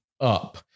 up